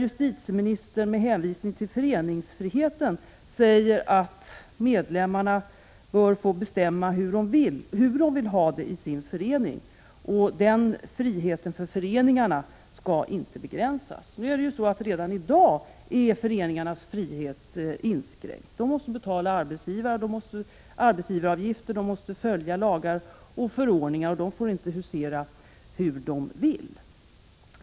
Justitieministern säger där med hänvisning till föreningsfriheten att medlemmarna bör få bestämma hur de vill ha det i sin förening och att den friheten inte skall begränsas. Men föreningarnas frihet är ju redan i dag inskränkt. De måste betala arbetsgivaravgifter, de måste följa lagar och förordningar och de får inte agera hur de vill.